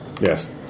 Yes